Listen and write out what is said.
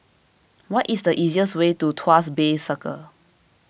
what is the easiest way to Tuas Bay Circle